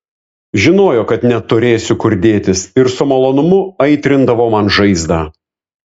žinojo kad neturėsiu kur dėtis ir su malonumu aitrindavo man žaizdą